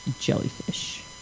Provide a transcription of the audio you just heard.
jellyfish